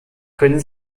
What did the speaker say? können